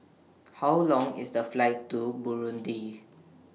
How Long IS The Flight to Burundi